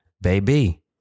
baby